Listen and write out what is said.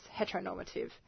heteronormative